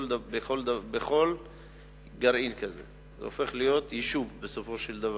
כל גרעין כזה הופך להיות יישוב בסופו של דבר.